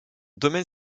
domaine